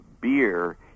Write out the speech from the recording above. beer